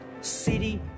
city